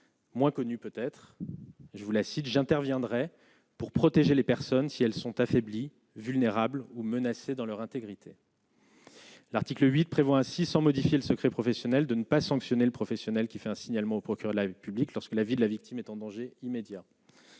moins connue peut-être, je vous la cite j'interviendrai pour protéger les personnes si elles sont affaiblies, vulnérables ou menacées dans leur intégrité. L'article 8 prévoit ainsi sans modifier le secret professionnel, de ne pas sanctionner le professionnel qui fait un signalement au procureur de la République lorsque la vie de la victime est en danger immédiat.